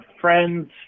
friends